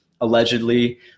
allegedly